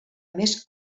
més